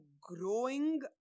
growing